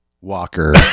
walker